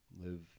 live